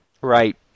Right